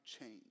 change